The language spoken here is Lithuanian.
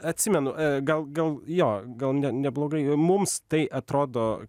atsimenu gal gal jo gal ne neblogai mums tai atrodo